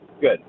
Good